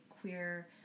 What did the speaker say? queer